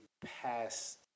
past